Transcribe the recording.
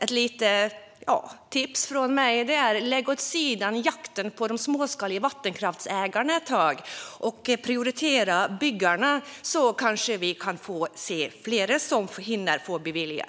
Ett litet tips från mig är att lägga jakten på de småskaliga vattenkraftsägarna åt sidan ett tag och prioritera byggarna. Då kanske vi kan få se fler som hinner få